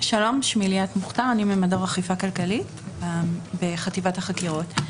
אני ממדור אכיפה כלכלית בחטיבת החקירות.